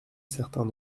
certains